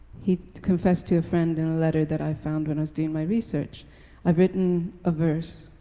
he confessed to a friend in a letter that i found when i was doing my research i've written a verse.